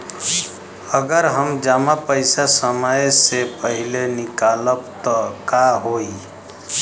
अगर हम जमा पैसा समय से पहिले निकालब त का होई?